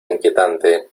inquietante